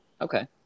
okay